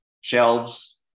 shelves